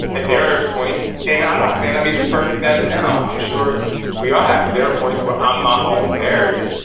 there are points, and i'm not saying i'm even perfect at it now, i'm sure we all have. there are points where i'm my ow um barrier.